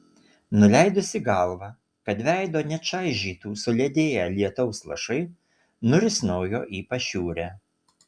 nuleidusi galvą kad veido nečaižytų suledėję lietaus lašai nurisnojo į pašiūrę